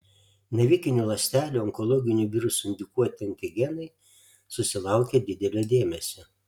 navikinių ląstelių onkologinių virusų indukuoti antigenai susilaukė didelio dėmesio